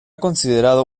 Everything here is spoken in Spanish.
considerado